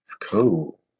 Cool